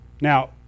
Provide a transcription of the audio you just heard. Now